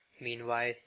meanwhile